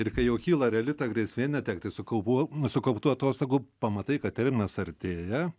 ir kai jau kyla reali ta grėsmė netekti su kaupu sukauptų atostogų pamatai kad terminas artėja